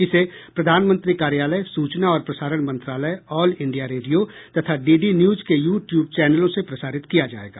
इसे प्रधानमंत्री कार्यालय सूचना और प्रसारण मंत्रालय ऑल इंडिया रेडियो तथा डी डी न्यूज के यू ट्यूब चैनलों से प्रसारित किया जायेगा